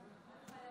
יהיו לך שלוש דקות.